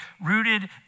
rooted